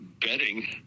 betting